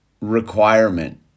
requirement